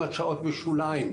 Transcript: עם הסעיף?